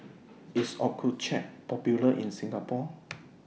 IS Accucheck Popular in Singapore